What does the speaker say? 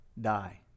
die